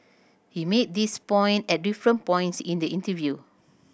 he made this point at different points in the interview